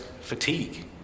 fatigue